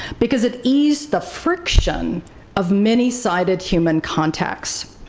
because it eased the friction of many-sided human contacts.